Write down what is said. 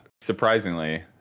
surprisingly